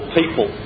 people